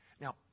Now